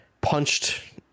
punched